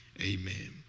Amen